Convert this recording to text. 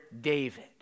David